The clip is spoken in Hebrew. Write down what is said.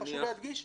חשוב להדגיש,